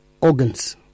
organs